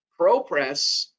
ProPress